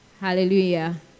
Hallelujah